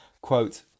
quote